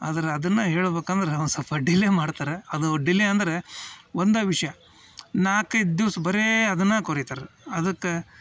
ಆದ್ರೆ ಅದನ್ನು ಹೇಳ್ಬೇಕಂದ್ರೆ ಒಂದು ಸ್ವಲ್ಪ ಡಿಲೇ ಮಾಡ್ತಾರೆ ಅದು ಡಿಲೇ ಅಂದ್ರೆ ಒಂದು ವಿಷಯ ನಾಲ್ಕೈದು ದಿವ್ಸ ಬರೀ ಅದನ್ನು ಕೊರಿತಾರೆ ಅದಕ್ಕೆ